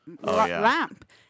lamp